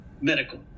medical